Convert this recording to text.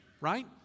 Right